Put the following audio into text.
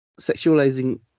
sexualizing